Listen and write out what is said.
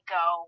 go